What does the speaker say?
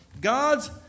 God's